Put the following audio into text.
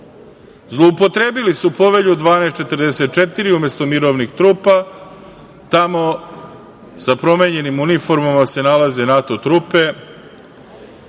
Zloupotrebili su Povelju 1244 i umesto mirovnih trupa tamo sa promenjenim uniformama se nalaze NATO trupe